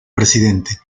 presidente